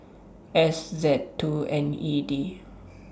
S Z two N E D